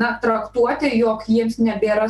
na traktuotė jog jiems nebėra